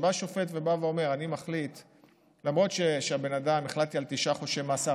שופט בא ואומר: למרות שהחלטתי על תשעה חודשי מאסר,